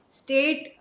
state